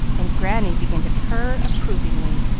and granny began to purr approvingly.